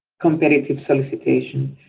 competitive solicitation.